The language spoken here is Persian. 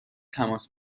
تماس